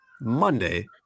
Monday